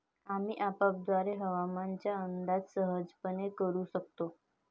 आम्ही अँपपद्वारे हवामानाचा अंदाज सहजपणे करू शकतो